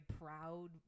proud